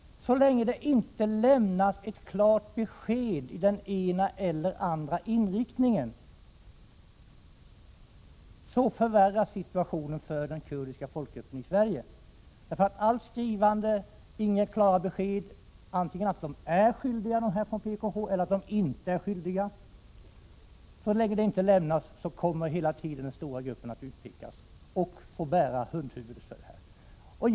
Så länge det inte lämnas ett klart besked i den ena eller den andra riktningen förvärras situationen för den kurdiska folkgruppen i Sverige. Jag tänker då på alla skriverier och på det faktum att inga klara besked har lämnats om huruvida medlemmar av PKK är skyldiga eller inte. Så länge sådana besked inte lämnas kommer alltså gruppen som helhet att utpekas och att få bära hundhuvudet i det här sammanhanget.